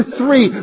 three